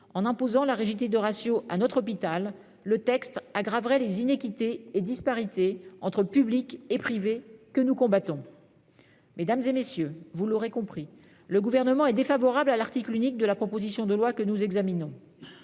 en imposant la rigidité de ratios à notre hôpital, le texte aggraverait les iniquités et disparités entre public et privé, que nous combattons justement. Mesdames, messieurs les sénateurs, vous l'aurez compris, le Gouvernement est défavorable à l'article unique de la proposition de loi que nous examinons.